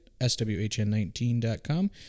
swhn19.com